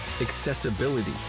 Accessibility